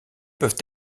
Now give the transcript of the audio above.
peuvent